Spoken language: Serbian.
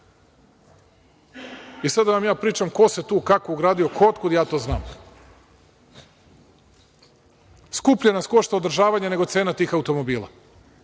Sada da vam ja pričam ko se tu kako ugradio, otkud ja to znam. Skuplje nas košta održavanje nego cena tih automobila.